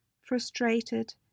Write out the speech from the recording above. frustrated